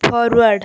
forward